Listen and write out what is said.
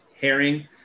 herring